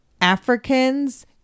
africans